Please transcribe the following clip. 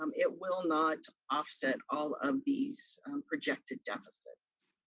um it will not offset all of these projected deficits.